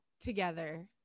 together